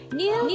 new